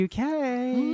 UK